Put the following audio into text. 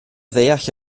ddeall